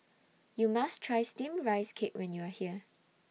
YOU must Try Steamed Rice Cake when YOU Are here